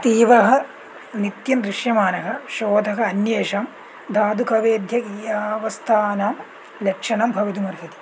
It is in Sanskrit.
तीव्रः नित्यं दृश्यमानः शोधः अन्येषां धादुकवैद्यकीयावस्थानां लक्षणं भवितुमर्हति